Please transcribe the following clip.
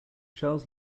charles